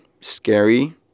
scary